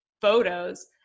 photos